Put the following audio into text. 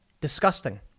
Disgusting